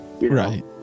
right